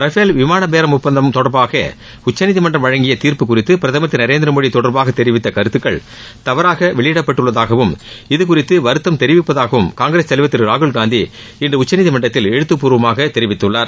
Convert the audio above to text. Rafale விமானபேரம் ஒப்பந்தம் தொடர்பான உச்சநீதிமன்றம் வழங்கிய தீர்ப்பு குறித்து நரேந்திரமோடி பிரதமர் கிரு கருத்துக்கள் தவறாக வெளியிடப்பட்டுள்ளதாகவும் இது குறித்து வருத்தம் தெரிவிப்பதாகவும் காங்கிரஸ் தலைவர் திரு ராகுல் காந்தி இன்று உச்சநீதிமன்றத்தில் எழுத்து பூர்வமாக தெரிவித்துள்ளார்